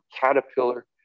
caterpillar